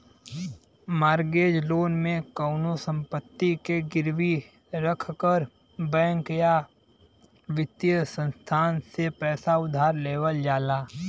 mortgage loan में कउनो संपत्ति के गिरवी रखकर बैंक या वित्तीय संस्थान से पैसा उधार लेवल जाला